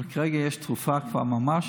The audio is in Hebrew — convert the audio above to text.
כרגע יש תרופה ממש,